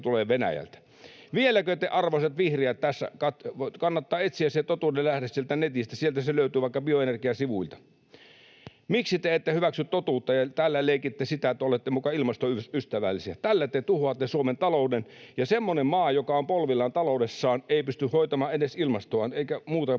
Vieläkö te, arvoisat vihreät, tässä...? Kannattaa etsiä totuuden lähde sieltä netistä; sieltä se löytyy vaikka Bioenergian sivuilta. Miksi te ette hyväksy totuutta ja täällä leikitte, että olette muka ilmastoystävällisiä? Tällä te tuhoatte Suomen talouden, ja semmoinen maa, joka on polvillaan taloudessaan, ei pysty hoitamaan edes ilmastoaan eikä paljon muutakaan.